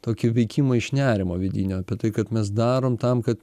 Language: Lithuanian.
tokį veikimą iš nerimo vidinio apie tai kad mes darom tam kad